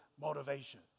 motivation